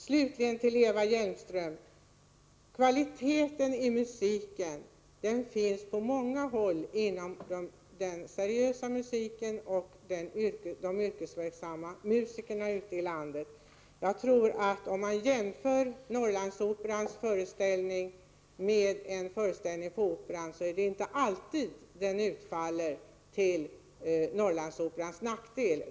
Slutligen till Eva Hjelmström: Kvaliteten i musiken finns på många håll, inom den seriösa musiken och bland de yrkesverksamma musikerna ute i landet. Om man jämför Norrlandsoperans föreställning med en föreställning på Operan i Stockholm tror jag man skall finna att den jämförelsen inte alltid utfaller till Norrlandsoperans nackdel.